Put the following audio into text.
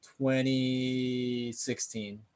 2016